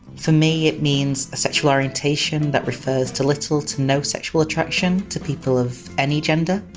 for me, it means a sexual orientation that refers to little to no sexual attraction to people of any gender!